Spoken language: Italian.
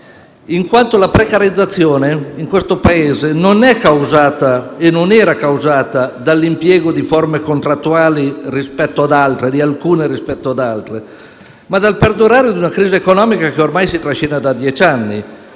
in quanto la precarizzazione in questo Paese non è causata - e non era causata - dall'impiego di alcune forme contrattuali rispetto ad altre, ma dal perdurare di una crisi economica che ormai si trascina da dieci anni.